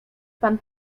pan